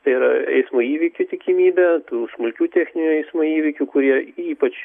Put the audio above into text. tai yra eismo įvykių tikimybę tų smulkių techninių eismo įvykių kurie ypač